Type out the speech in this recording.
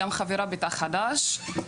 גם חברה בתא חד"ש.